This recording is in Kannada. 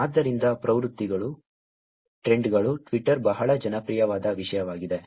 ಆದ್ದರಿಂದ ಪ್ರವೃತ್ತಿಗಳು ಟ್ರೆಂಡ್ಗಳು ಟ್ವಿಟ್ಟರ್ ಬಹಳ ಜನಪ್ರಿಯವಾದ ವಿಷಯವಾಗಿದೆ